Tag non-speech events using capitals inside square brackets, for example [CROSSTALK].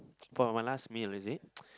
for my last meal is it [NOISE]